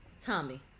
Tommy